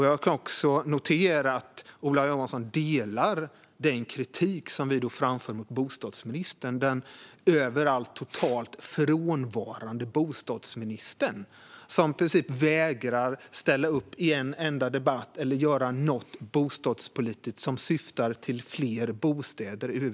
Jag kan också notera att Ola Johansson delar den kritik som vi framför mot bostadsministern - den överallt och totalt frånvarande bostadsministern, som i princip vägrar ställa upp i en enda debatt eller över huvud taget göra något bostadspolitiskt som syftar till fler bostäder.